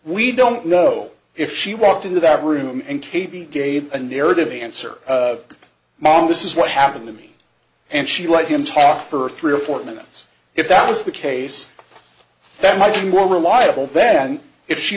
we don't know if she walked into that room and katie gave a narrative answer mom this is what happened to me and she let him talk for three or four minutes if that was the case that might be more reliable than if she